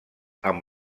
amb